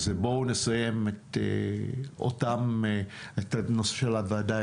אז בואו נסיים את אותם נושאים של הוועדה,